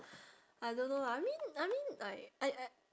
I don't know lah I mean I mean like I uh